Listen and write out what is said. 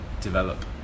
develop